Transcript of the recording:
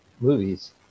movies